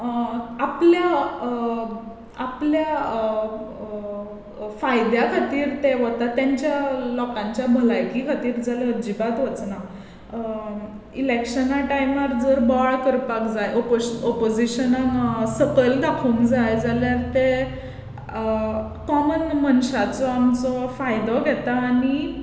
आपल्या फायद्या खातीर ते वतात तांच्या लोकांच्या भलायकी खातीर जाल्यार अजिबात वचना इलेक्शना टायमार जर बोवाळ करपाक जाय ओपो ओपोजिशनाक सकयल दाखोवंक जाय जाल्यार ते कॉमन मनशाचो आमचो फायदो घेता आनी